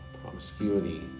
promiscuity